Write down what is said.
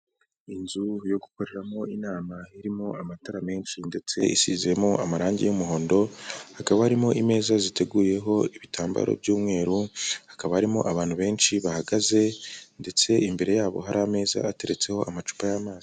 Inzu yo gukoreramo inama irimo amatara menshi ndetse isizemo amarangi y'umuhondo, hakaba harimo imeza ziteguyeho ibitambaro by'umweru, hakaba harimo abantu benshi bahagaze ndetse imbere yabo hari ameza ateretseho amacupa y'amazi.